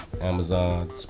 Amazon